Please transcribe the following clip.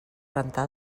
rentar